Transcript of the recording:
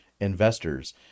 investors